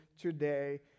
today